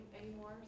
anymore